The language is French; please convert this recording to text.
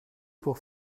pour